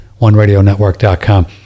OneRadioNetwork.com